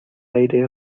aire